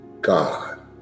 God